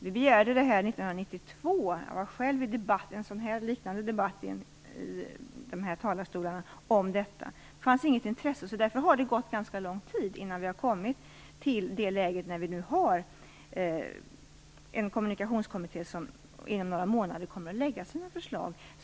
Vi begärde det 1992, och jag deltog själv i debatten om detta, som liknade debatten här i talarstolarna i dag. Men det fanns inget intresse. Därför har det gått ganska lång tid innan vi kommit fram till det läge där vi nu har en kommunikationskommitté som inom några månader lägger fram sina förslag.